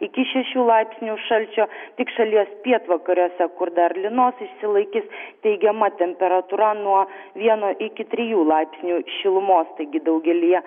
iki šešių laipsnių šalčio tik šalies pietvakariuose kur dar lynos išsilaikys teigiama temperatūra nuo vieno iki trijų laipsnių šilumos taigi daugelyje